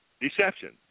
deception